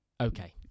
Okay